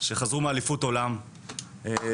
שחזרו מאליפות העולם בדובאי.